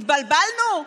התבלבלנו,